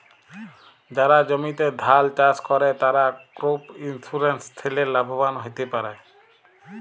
যারা জমিতে ধাল চাস করে, তারা ক্রপ ইন্সুরেন্স ঠেলে লাভবান হ্যতে পারে